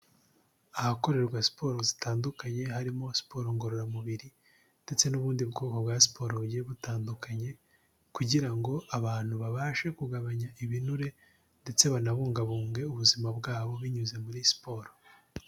Ahakorerwa siporo zitandukanye, harimo siporo ngororamubiri ndetse n'ubundi bwoko bwa siporo bugiye butandukanye, kugira ngo abantu babashe kugabanya ibinure ndetse banabungabunge ubuzima bwabo binyuze muri siporo.